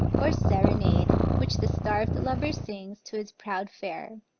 or serenade, which the starved lover sings to his proud fair,